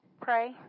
pray